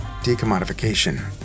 Decommodification